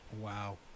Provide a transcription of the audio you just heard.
Wow